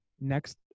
next